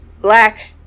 black